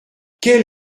quelle